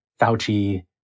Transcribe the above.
Fauci